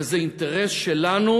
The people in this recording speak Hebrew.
וזה אינטרס שלנו,